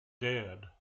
dead